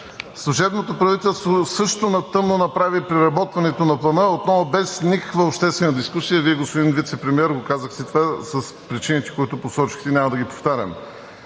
Служебното правителство също на тъмно направи преработването на Плана, отново без никаква обществена дискусия и Вие, господин Вицепремиер, казахте това с причините, които посочихте и няма да ги повтарям.